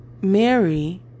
Mary